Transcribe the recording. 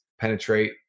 penetrate